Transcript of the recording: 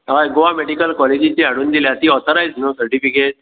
हय गोवा मॅडिकल कॉलेजीची हाडून दिल्या ती ऑथॉरायज न्हय सटिफिकेट